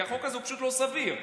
כי החוק הזה פשוט לא סביר.